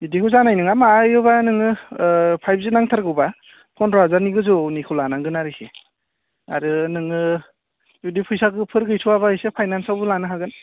बिदिबो जानाय नङा माबायोबा नोङो फाइब जि नांथारगौबा फन्ड्र हाजारनि गोजौनिखौ लानांगोन आरोखि आरो नोङो जुदि फैसाफोर गैथ'आबा एसे फायनान्सावबो लानो हागोन